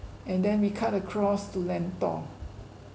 and then we cut across to lentor